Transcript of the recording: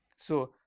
so,